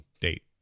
date